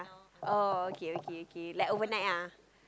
oh okay okay okay like overnight ah